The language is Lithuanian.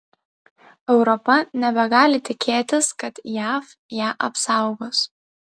europa nebegali tikėtis kad jav ją apsaugos